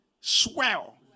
swell